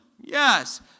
Yes